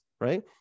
right